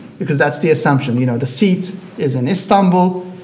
because that's the assumption, you know, the seat is in istanbul,